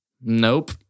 Nope